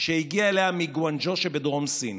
שהגיע אליה מגוואנז'ו שבדרום סין